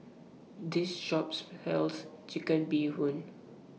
This Shop sells Chicken Bee Hoon